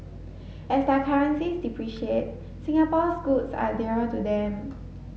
as their currencies depreciate Singapore's goods are dearer to them